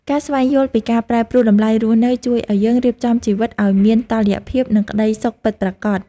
ការស្វែងយល់ពីការប្រែប្រួលតម្លៃរស់នៅជួយឱ្យយើងរៀបចំជីវិតឱ្យមានតុល្យភាពនិងក្ដីសុខពិតប្រាកដ។